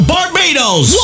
Barbados